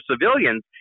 civilians